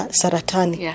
saratani